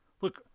look